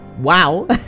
Wow